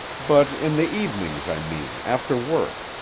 but, in the evenings, i mean, after work.